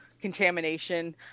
contamination